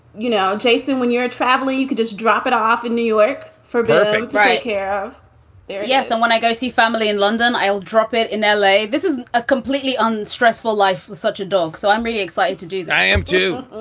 you know, jason, when you're traveling, you could just drop it off in new york for burping right here yes. and when i go see family in london, i'll drop it in l a. this is a completely and stressful life. such a dog. so i'm really excited to do i am, too.